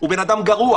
הוא בן אדם גרוע.